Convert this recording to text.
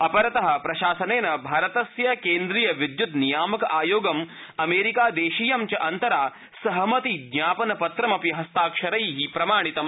अपरत प्रशासनेन भारतस्य केन्द्रीय विद्यत् नियामक आयोगं अमेरिकादेशीयं च अन्तरा सहमति ज्ञापनपत्रमपि हस्ताक्षरै प्रमाणीकृतम्